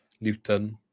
Newton